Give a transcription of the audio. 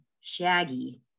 Shaggy